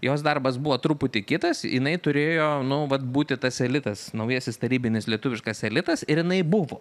jos darbas buvo truputį kitas jinai turėjo nu vat būti tas elitas naujasis tarybinis lietuviškas elitas ir jinai buvo